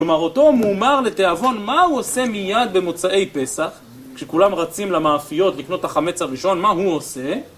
כלומר, אותו מומר לתיאבון מה הוא עושה מיד במוצאי פסח? כשכולם רצים למאפיות לקנות את החמץ הראשון, מה הוא עושה?